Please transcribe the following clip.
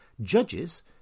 Judges